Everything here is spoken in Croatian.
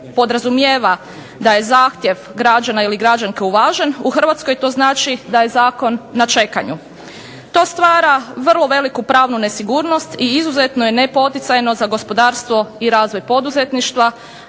podrazumijeva da je zahtjev građana ili građanke uvažen u Hrvatskoj to znači da je zakon na čekanju. To stvara vrlo veliku pravnu nesigurnost i izuzetno je nepoticajno za gospodarstvo i razvoj poduzetništva,